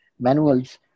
manuals